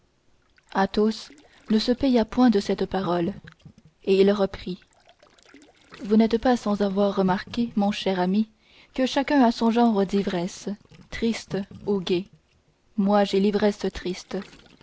rien athos ne se paya point de cette parole et il reprit vous n'êtes pas sans avoir remarqué mon cher ami que chacun a son genre d'ivresse triste ou gaie moi j'ai l'ivresse triste